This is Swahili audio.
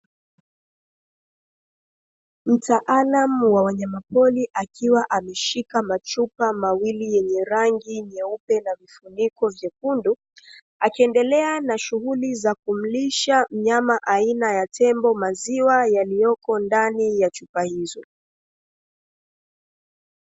Mtaalamu wa wanyamapori akiwa ameshika machupa mawili yenye rangi nyeupe na vifuniko vyekundu, akiendelea na shughuli za kumlisha mnyama aina ya tembo maziwa yaliyoko ndani ya chupa hizo.